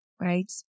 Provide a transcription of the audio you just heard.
right